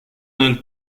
nel